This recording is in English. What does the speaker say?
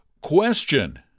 question